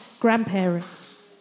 grandparents